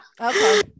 Okay